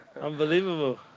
Unbelievable